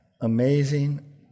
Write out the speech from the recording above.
amazing